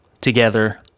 together